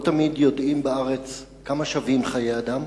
לא תמיד יודעים בארץ כמה שווים חיי אדם,